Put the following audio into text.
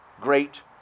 great